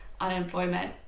unemployment